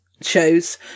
shows